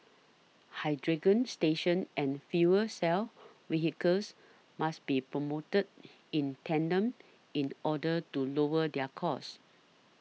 hydrogen stations and fuel cell vehicles must be promoted in tandem in order to lower their cost